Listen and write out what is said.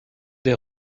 des